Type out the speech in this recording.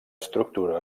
estructura